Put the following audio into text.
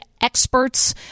experts